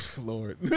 Lord